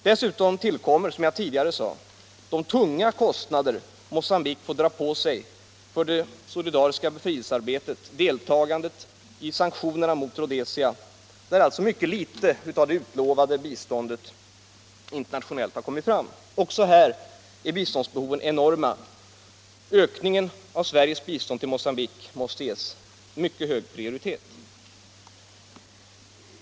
Dessutom tillkommer, som jag tidigare sagt, de tunga kostnader Mocambique får dra på sig för det solidariska befrielsearbetet och för deltagandet i sanktionerna mot Rhodesia, där alltså mycket litet av det internationella biståndet kommit fram. Också här är biståndsbehoven enorma. Ökningen av Sveriges bistånd till Mogambique måste ges mycket hög prioritet.